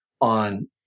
on